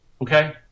okay